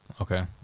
Okay